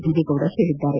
ದೇವೇಗೌಡ ಹೇಳಿದ್ದಾರೆ